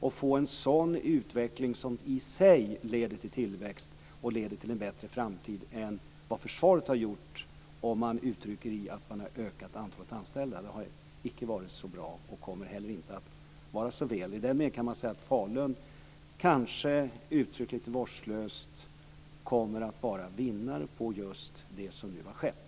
Det ska bli en utveckling som i sig leder till tillväxt och till en bättre framtid än vad försvaret hade kunnat göra med t.ex. ett utökat antal anställda. Det har inte varit så bra, och det kommer inte heller att vara så väl. I den meningen kommer Falun - lite vårdslöst uttryckt - att vara vinnare på det som nu har skett.